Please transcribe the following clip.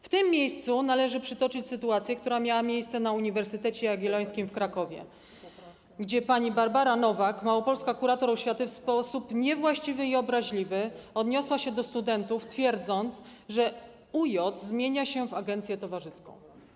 W tym miejscu należy przytoczyć sytuację, która miała miejsce na Uniwersytecie Jagiellońskim w Krakowie, gdzie pani Barbara Nowak, małopolska kurator oświaty, w sposób niewłaściwy i obraźliwy odniosła się do studentów, twierdząc, że UJ zmienia się w agencję towarzyską.